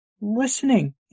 listening